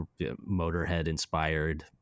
Motorhead-inspired